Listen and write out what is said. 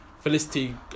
Felicity